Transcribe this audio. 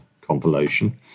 compilation